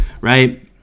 Right